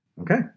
Okay